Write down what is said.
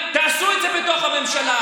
תעשו את זה בתוך הממשלה,